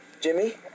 Jimmy